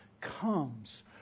comes